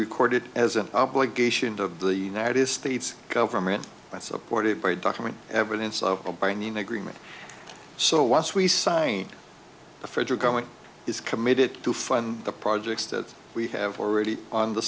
recorded as an obligation of the united states government that supported by the document evidence of a binding agreement so once we sign the federal government is committed to fund the projects that we have already on the